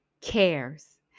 cares